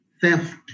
theft